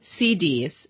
CDs